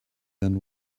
done